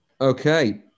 Okay